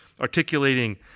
articulating